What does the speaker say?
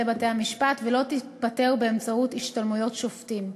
בתי-המשפט ולא תיפתר באמצעות השתלמויות השופטים.